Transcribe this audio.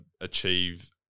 achieve